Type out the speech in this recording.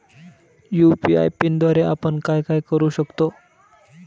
UPI पिनद्वारे आपण काय काय करु शकतो?